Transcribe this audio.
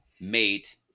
mate